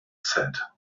said